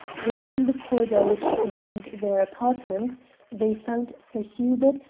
reaching the corridor which contained their apartments they found sir hubert,